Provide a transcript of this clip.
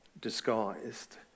disguised